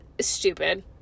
stupid